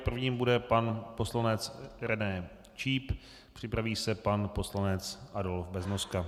Prvním bude pan poslanec René Číp, připraví se pan poslanec Adolf Beznoska.